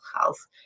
health